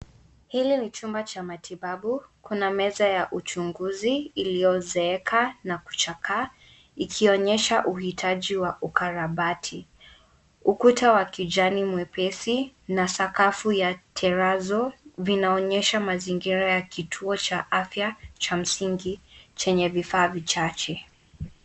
Hili ni chumba cha matibabu. Kuna meza ya uchunguzi iliyozeeka na kuchakaa ikionyesha uhitaji wa ukarabati. Ukuta wa kijani mwepesi na sakafu ya terazo vinaonyesha mazingira ya kituo cha afya cha msingi chenye vifaa vichache.